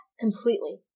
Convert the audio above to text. completely